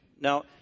Now